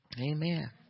Amen